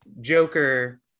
joker